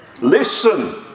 Listen